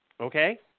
Okay